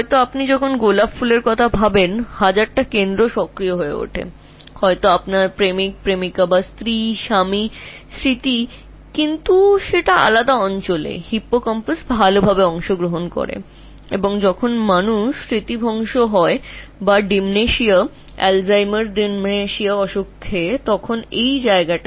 তুমি যখন গোলাপের কথা ভাব তখন এটি সক্রিয় হয়ে উঠবে তোমার স্ত্রী এবং প্রেমিকের সাথে স্মৃতি হতে পারে তবে ওটি একটি আলাদা অঞ্চল হবে হিপ্পোক্যাম্পাস মূলত জড়িত সেই অঞ্চলে যা প্রথম ক্ষতিগ্রস্থ হয় যখন ডিমেনশিয়া আলঝাইমারের ডিমেনশিয়া নামক একটি অসুস্থতায় লোকেরা স্মৃতি হারাতে শুরু করে